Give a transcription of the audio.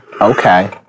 Okay